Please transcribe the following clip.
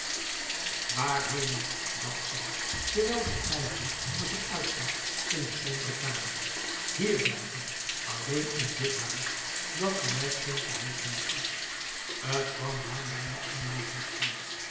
waarheen nu dacht zij terwijl zij peinzend voor zich uit zag in de sombere kamer hier blijven alléén in dit huis dat voor mij geen tehuis meer is t kwam haar bijna onmogelijk voor